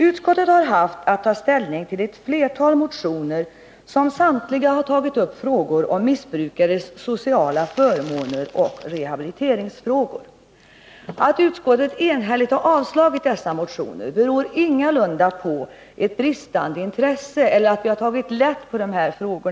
Utskottet har haft att ta ställning till ett flertal motioner, som samtliga har tagit upp frågor om missbrukares sociala förmåner och rehabiliteringsfrågor. Nr 52 Att utskottet enhälligt avstyrkt dessa motioner beror ingalunda på ett Tisdagen den bristande intresse eller på att vi tagit lätt på dessa frågor.